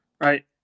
Right